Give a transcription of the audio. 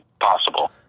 possible